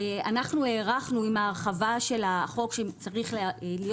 אנו הערכנו עם ההרחבה של החוק שצריך להיות